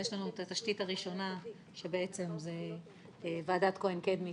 יש לנו את התשתית הראשונה שזה בעצם ועדת כהן-קדמי,